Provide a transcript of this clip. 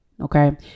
Okay